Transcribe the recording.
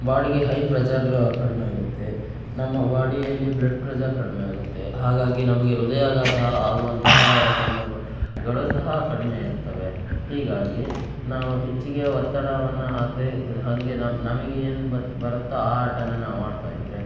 ಬಾಡಿಗೆ high pressure ಕಡಿಮೆ ಆಗುತ್ತೆ ನಮ್ಮ ಬಾಡಿಯಲ್ಲಿ ಬ್ಲಡ್ ಪ್ರೆಜರ್ ಕಡಿಮೆ ಆಗುತ್ತೆ ಹಾಗಾಗಿ ನಮಗೆ ಹೃದಯಾಘಾತ ಆಗುವಂತಹ ಸಂದರ್ಭ ಗಳು ಸಹ ಕಡಿಮೆ ಇರ್ತವೆ ಹೀಗಾಗಿ ನಾವು ಹೆಚ್ಚಿಗೆ ಒತ್ತಡವನ್ನು ಹಾಕ್ದೇ ಹಾಗೆ ನಮ್ಮ ನಮಗೆ ಏನು ಬತ್ ಬರುತ್ತೋ ಆ ಆಟಾನ್ನ ನಾವು ಆಡ್ತಾ ಇದ್ದರೆ